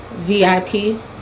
VIP